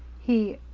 he